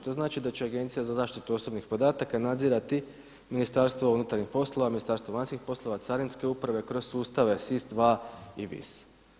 To znači da će Agencija za zaštitu osobnih podataka nadzirati Ministarstvo unutarnjih poslova, Ministarstvo vanjskih poslova, carinske uprave kroz sustave SIS II i VIS.